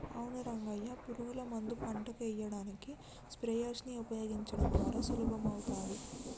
అవును రంగయ్య పురుగుల మందు పంటకు ఎయ్యడానికి స్ప్రయెర్స్ నీ ఉపయోగించడం ద్వారా సులభమవుతాది